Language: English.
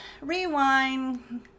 rewind